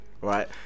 right